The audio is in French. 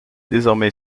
désormais